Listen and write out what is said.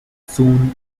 soon